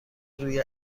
روی